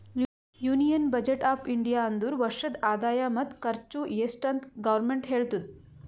union budget of India ಅಂದುರ್ ವರ್ಷದ ಆದಾಯ ಮತ್ತ ಖರ್ಚು ಎಸ್ಟ್ ಅಂತ್ ಗೌರ್ಮೆಂಟ್ ಹೇಳ್ತುದ